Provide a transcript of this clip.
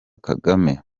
kagame